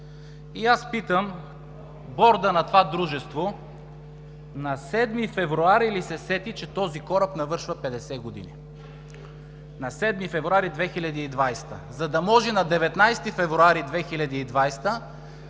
И аз питам: Бордът на това дружество на 7 февруари ли се сети, че този кораб навършва 50 години? На 7 февруари 2020 г.! За да може на 19 февруари 2020